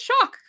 shock